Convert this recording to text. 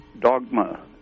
dogma